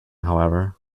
however